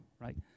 Right